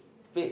speak